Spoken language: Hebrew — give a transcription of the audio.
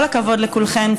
כל הכבוד לכולכן.